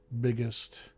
biggest